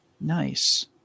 Nice